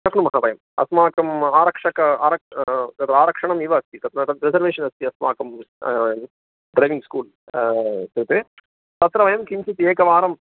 शक्नुमः वयम् अस्माकम् आरक्षकं आरक्षणं तत् आरक्षणमेव अस्ति तत् तत् रिसर्वेशन् अस्ति अस्माकं ड्रैविङ्ग् स्कूल् कृते तत्र वयं किञ्चित् एकवारं